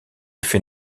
fait